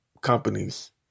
companies